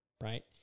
right